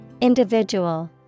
Individual